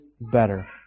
better